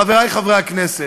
חברי חברי הכנסת: